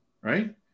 right